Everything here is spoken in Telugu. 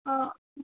ఆ